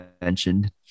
mentioned